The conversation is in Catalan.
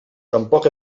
tampoc